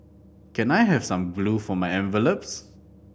can I have some glue for my envelopes